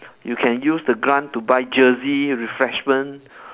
you can use the grant to buy jersey refreshment